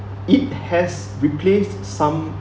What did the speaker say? it has replaced some